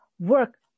work